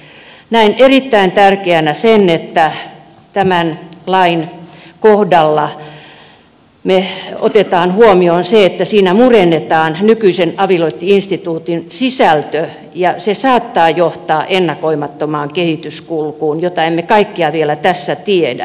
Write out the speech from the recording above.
näen erittäin tärkeänä että tämän lain kohdalla me otamme huomioon sen että siinä murennetaan nykyisen avioliittoinstituution sisältö ja se saattaa johtaa ennakoimattomaan kehityskulkuun jota emme kaikkea vielä tässä tiedä